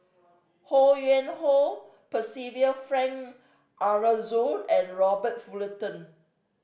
Ho Yuen Hoe Percival Frank Aroozoo and Robert Fullerton